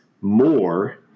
more